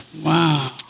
wow